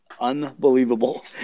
unbelievable